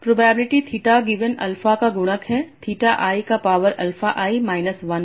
probability theta given alpha का गुणक है थीटा i का पावर अल्फा i माइनस 1 पर